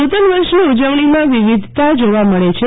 નુતન વર્ષની ઉજવણીમાં વિવિધતા જોવા મળે છે